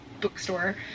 bookstore